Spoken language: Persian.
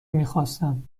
میخواستم